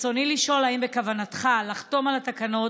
ברצוני לשאול: האם בכוונתך לחתום על התקנות